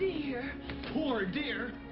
you poor dear!